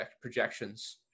projections